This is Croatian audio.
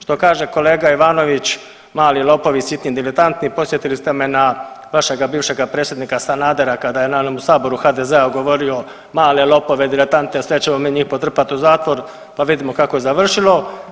Što kaže kolega Ivanović mali lopovi sitni diletanti, podsjetili ste me na vašega bivšega predsjednika Sanadera kada je na … [[Govornik se ne razumije]] saboru HDZ-a govorio male lopove, diletante, sve ćemo mi njih potrpat u zatvor, pa vidimo kako je završilo.